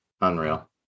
unreal